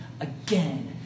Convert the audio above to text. again